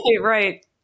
Right